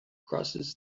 crosses